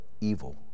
evil